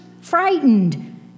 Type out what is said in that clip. frightened